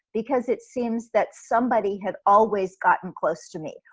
because it seems that somebody had always gotten close to me,